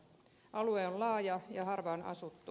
alue on laaja ja harvaanasuttu